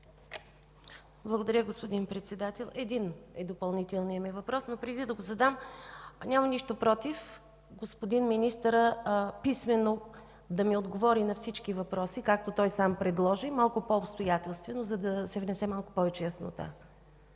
Благодаря, господин Председател. Един е допълнителният ми въпрос, но преди да го задам – нямам нищо против господин Министърът писмено да ми отговори на всички въпроси, както той сам предложи, малко по-обстоятелствено, за да се внесе малко повече яснота.